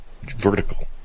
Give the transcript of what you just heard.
vertical